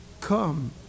Come